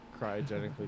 cryogenically